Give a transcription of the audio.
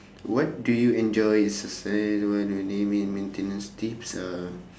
what do you enjoy maintenance tips uh